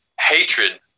hatred